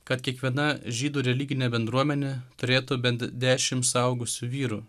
kad kiekviena žydų religinė bendruomenė turėtų bent dešim suaugusių vyrų